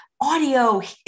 Audio